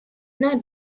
not